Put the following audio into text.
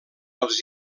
els